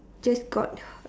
just got